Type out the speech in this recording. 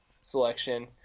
selection